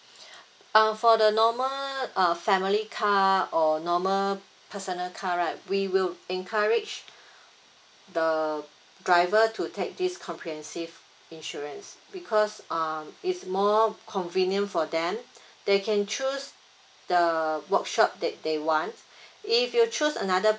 err for the normal err family car or normal personal car right we will encourage the driver to take this comprehensive insurance because uh it's more convenient for them they can choose the workshop they they one if you choose another